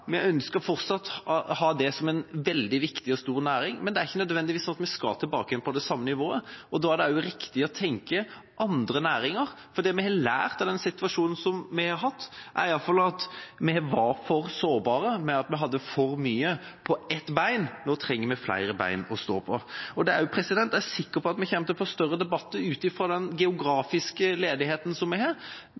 vi ønsker fortsatt å ha det som en veldig viktig og stor næring, men det er ikke nødvendigvis slik at vi skal tilbake til det samme nivået. Da er det riktig å tenke på andre næringer, for det vi i alle fall har lært av den situasjonen vi har hatt, er at vi var for sårbare fordi vi hadde for mye på ett bein – nå trenger vi flere bein å stå på. Jeg er sikker på at vi også kommer til å få større debatter – ut ifra den geografiske ledigheten som vi har